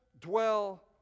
dwell